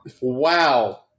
Wow